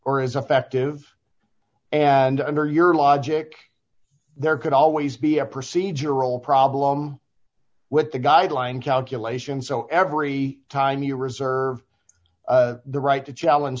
as effective and under your logic there could always be a procedural problem with the guideline calculations so every time you reserve the right to challenge